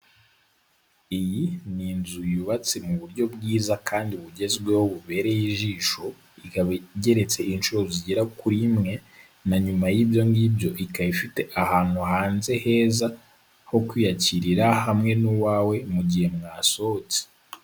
Iyi ni inzu yubatse mu buryo bwiza kandi bugezweho bubereye ijisho, ikaba igeretse inshuro zigera kuri imwe, na nyuma y'ibyo ngibyo ikaba ifite ahantu hanze heza ho kwiyakirira hamwe n'uwawe mu gihe mwasohotse.